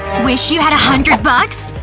wish you had a hundred bucks?